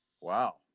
Wow